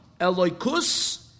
Eloikus